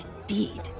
indeed